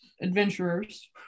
adventurers